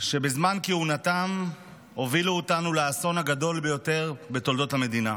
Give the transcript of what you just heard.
שבזמן כהונתם הובילו אותנו לאסון הגדול ביותר בתולדות המדינה,